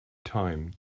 time